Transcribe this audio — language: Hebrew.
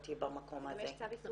אבל היא מבקשת לדבר.